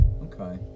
Okay